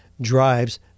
drives